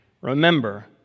remember